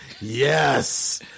Yes